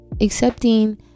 accepting